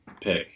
pick